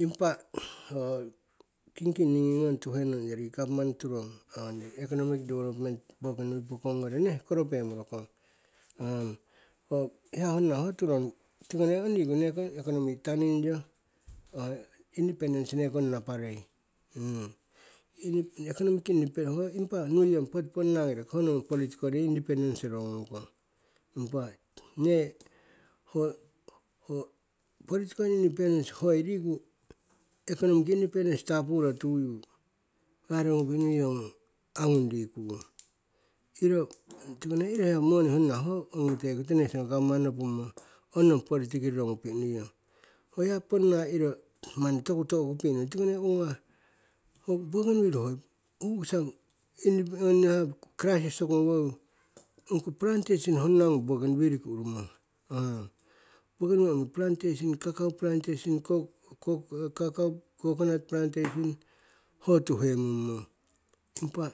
Impah ho kingking ngnii ong tuhennong ong yori gavman turong ong yori economic development bougainville pookong gnori koro pemorokong ho hia hoona ho turong tiko ne ong riku nekong. economic taningyo ho independence nekong naparei economic independence ho impah nuiyong poti poonaki ho nong political independence roro gnung kong impah nee ho political independence hoi riku economic independence taapuro ho hia roro gnupihh nuiyong angung rikung hiro tiko ne iro moni honna ho ongite koto national gapuman nopummo ong noung politic roro ngupihh nuiyong ho hia poona iro mani toku tookupihh niuyong tiko ne owo gnawah ho bougainville ho uukisa ho crisis toku gnoworowoyu ongko plantation hoonanung. ongi bougainvillki urumong bougainvilleki ong plantation cacao. coconut plantation ho tuhem mummong impah